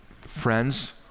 friends